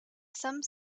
some